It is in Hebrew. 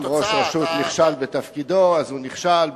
אם ראש רשות נכשל בתפקידו אז הוא נכשל,